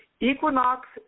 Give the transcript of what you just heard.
Equinox